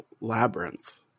Labyrinth